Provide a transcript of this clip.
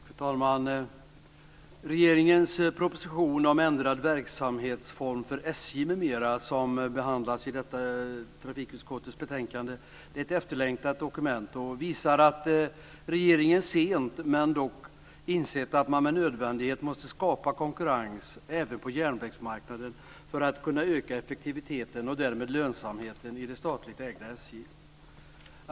Fru talman! Regeringens proposition Ändrad verksamhetsform för SJ m.m., som behandlas i detta trafikutskottets betänkande, är ett efterlängtat dokument. Det visar att regeringen sent, men dock, insett att man med nödvändighet måste skapa konkurrens även på järnvägsmarknaden för att kunna öka effektiviteten och därmed lönsamheten i det statligt ägda SJ.